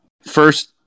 first